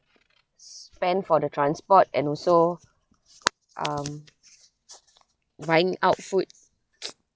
spend for the transport and also um buying out food